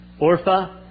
Orpha